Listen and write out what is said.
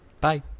Bye